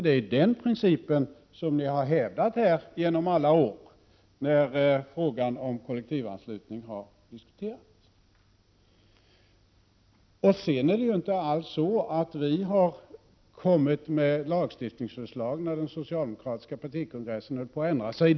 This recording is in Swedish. Det är ju den principen som ni har hävdat här genom alla år, när frågan om kollektivanslutning har diskuterats. Det är inte alls så att vi har kommit med lagstiftningsförslag, när den socialdemokratiska partikongressen höll på att ändra sig.